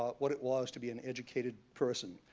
what it was to be an educated person.